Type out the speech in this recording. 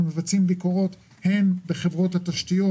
אנחנו מבצעים ביקורות בחברות התשתיות,